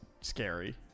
scary